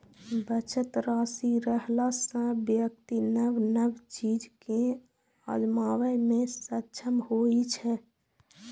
बचत राशि रहला सं व्यक्ति नव नव चीज कें आजमाबै मे सक्षम होइ छै